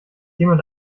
jemand